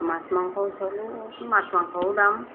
মাছ মাংস মাছ মাংসও দাম